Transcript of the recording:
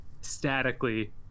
statically